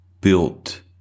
built